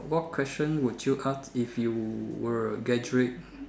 what question would you ask if you were a graduate